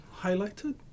highlighted